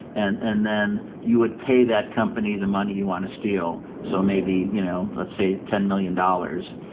and and then you would pay that company the money you want to steal. so maybe, you know, let's say ten million dollars,